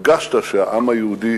הרגשת שהעם היהודי